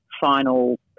final